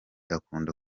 akunda